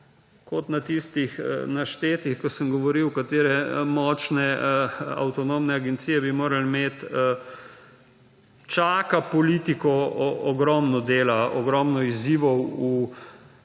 kot na tistih naštetih, ko sem govoril, katere močne avtonomne agencije bi morali imeti, čaka politiko ogromno dela, ogromno izzivov v